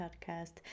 podcast